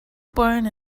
born